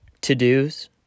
to-dos